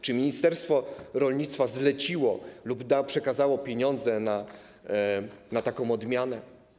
Czy ministerstwo rolnictwa zleciło lub przekazało pieniądze na taką odmianę?